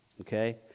Okay